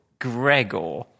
Gregor